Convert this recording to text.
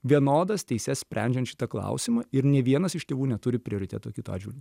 vienodas teises sprendžiant šitą klausimą ir nė vienas iš tėvų neturi prioriteto kito atžvilgiu